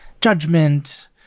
judgment